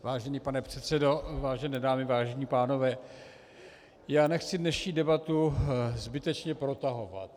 Vážený pane předsedo, vážené dámy, vážení pánové, nechci dnešní debatu zbytečně protahovat.